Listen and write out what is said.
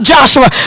Joshua